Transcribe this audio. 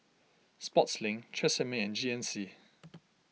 Sportslink Tresemme and G N C